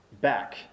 back